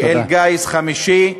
כאל גיס חמישי,